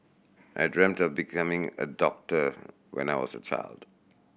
I dreamt of becoming a doctor when I was a child